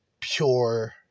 pure